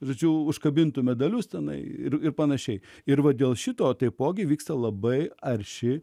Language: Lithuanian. žodžiu užkabinti medalius tenai ir ir pan ir va dėl šito taipogi vyksta labai arši